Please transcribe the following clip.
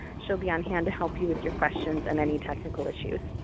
she'll be on-hand to help you with your questions and any technical issues.